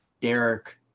Derek